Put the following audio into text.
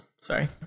Sorry